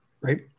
right